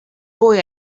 boy